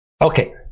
Okay